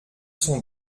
son